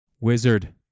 Wizard